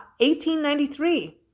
1893